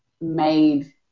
made